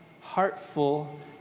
heartful